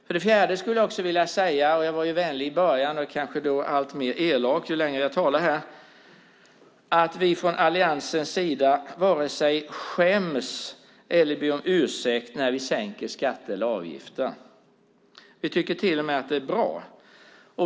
Jag var ju vänlig i början men kanske allt mer elak ju längre jag talar, så för det fjärde skulle jag också vilja säga att vi från Alliansens sida vare sig skäms eller ber om ursäkt när vi sänker skatter eller avgifter. Vi tycker till och med att det är bra.